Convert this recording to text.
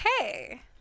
Okay